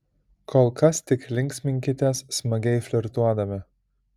kol kas tik linksminkitės smagiai flirtuodami